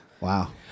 Wow